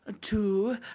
two